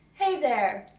hey there!